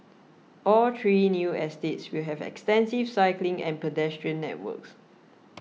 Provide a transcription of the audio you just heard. all three new estates will have extensive cycling and pedestrian networks